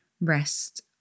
rest